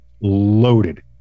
loaded